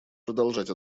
продолжать